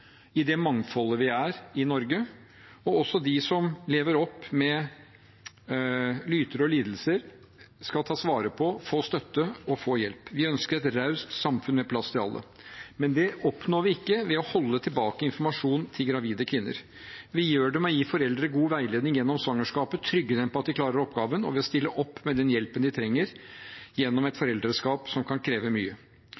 i det mangfoldet vi er i Norge – og også de som lever opp med lyter og lidelser, skal tas vare på, få støtte og få hjelp. Vi ønsker et raust samfunn med plass til alle. Men det oppnår vi ikke ved å holde tilbake informasjon til gravide kvinner. Vi gjør det ved å gi foreldre god veiledning gjennom svangerskapet, trygge dem på at de klarer oppgaven, og ved å stille opp med den hjelpen de trenger gjennom et